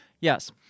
Yes